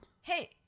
Hey